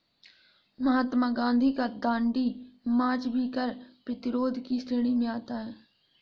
महात्मा गांधी का दांडी मार्च भी कर प्रतिरोध की श्रेणी में आता है